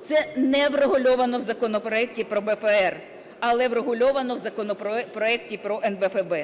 Це не врегульованого в законопроекті про БФР, але врегульоване в законопроекті про НБФБ.